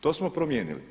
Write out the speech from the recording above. To smo promijenili.